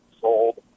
sold